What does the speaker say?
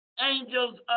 angels